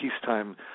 peacetime